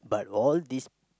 but all these